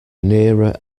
nearer